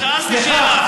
סליחה,